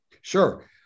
Sure